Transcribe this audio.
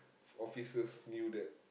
officers knew that